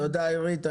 תודה עירית.